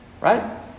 Right